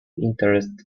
interest